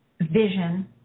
vision